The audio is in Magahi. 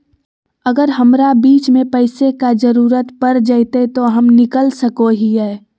अगर हमरा बीच में पैसे का जरूरत पड़ जयते तो हम निकल सको हीये